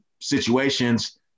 situations